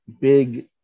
big